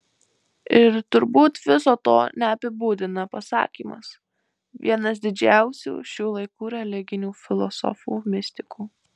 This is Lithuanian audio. ir turbūt viso to neapibūdina pasakymas vienas didžiausių šių laikų religinių filosofų mistikų